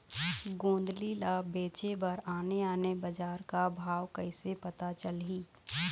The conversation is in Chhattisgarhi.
गोंदली ला बेचे बर आने आने बजार का भाव कइसे पता चलही?